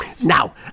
Now